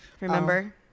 Remember